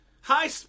high